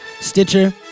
Stitcher